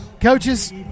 Coaches